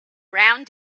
browne